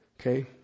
Okay